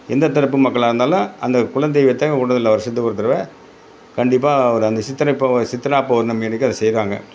எந்த தரப்பு மக்களாக இருந்தாலும் அந்த குல தெய்வத்தை ஊரில் வருசத்துக்கு ஒரு தடவை கண்டிப்பாக ஒரு அந்த சித்திரை பௌ சித்திரா பௌர்ணமி அன்றைக்கு அதை செய்கிறாங்க